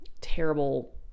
terrible